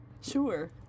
Sure